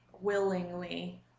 willingly